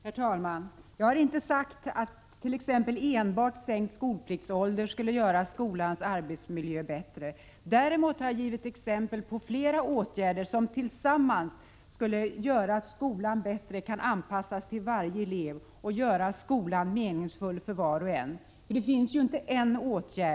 Herr talman! Jag har inte sagt att enbart sänkt skolpliktsålder skulle göra skolans arbetsmiljö bättre. Däremot har jag givit exempel på flera åtgärder som tillsammans skulle göra att skolan bättre kan anpassas till varje elev och bli meningsfull för var och en.